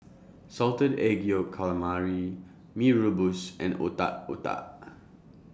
Salted Egg Yolk Calamari Mee Rebus and Otak Otak